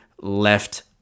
left